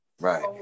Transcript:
Right